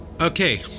Okay